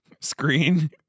screen